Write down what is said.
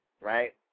right